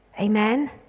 Amen